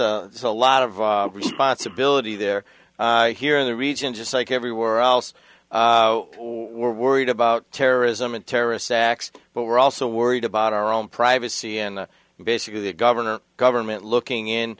committee it's a lot of responsibility there here in the region just like everywhere else we're worried about terrorism and terrorist acts but we're also worried about our own privacy and basically the governor government looking in